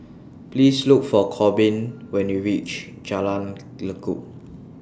Please Look For Korbin when YOU REACH Jalan Lekub